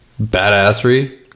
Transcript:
Badassery